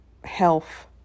health